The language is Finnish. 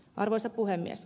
arvoisa puhemies